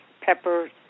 pepper